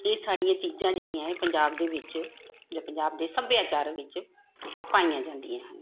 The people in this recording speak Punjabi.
ਇਹ ਸਾਰੀਆਂ ਚੀਜ਼ਾਂ ਜਿਹੜੀਆਂ ਇਹ ਪੰਜਾਬ ਦੇ ਵਿੱਚ ਜਾਂ ਪੰਜਾਬ ਦੇ ਸੱਭਿਆਚਾਰ ਵਿੱਚ ਪਾਈਆਂ ਜਾਂਦੀਆਂ ਹਨ